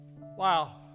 Wow